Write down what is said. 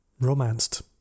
romanced